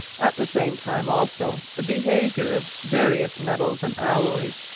at the same time also the behaviour of various metals and alloys,